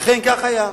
אכן כך היה.